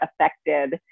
affected